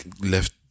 left